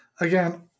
Again